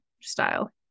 style